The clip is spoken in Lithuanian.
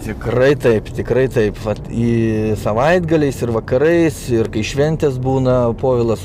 tikrai taip tikrai taip vat į savaitgaliais ir vakarais kai šventės būna povilas